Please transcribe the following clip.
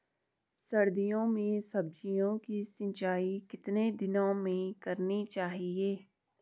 सर्दियों में सब्जियों की सिंचाई कितने दिनों में करनी चाहिए?